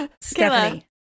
Stephanie